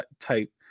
type